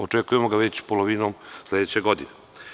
Očekujemo ga već polovinom sledeće godine.